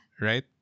Right